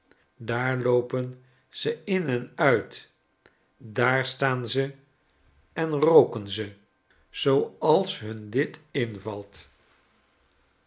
daar loopen ze in en uit daar staan ze en rooken ze zooals hun ditinvalt